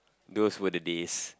those were the days